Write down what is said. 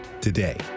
today